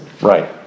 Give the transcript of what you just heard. Right